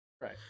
Right